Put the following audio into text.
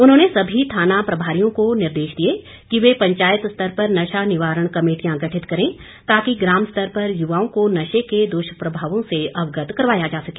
उन्होंने सभी थाना प्रभारियों को निर्देश दिए कि वे पंचायत स्तर पर नशा निर्वारण कमेटियां गठित करें ताकि ग्राम स्तर पर युवाओं को नशे के दुष्प्रभावों से अवगत करवाया जा सके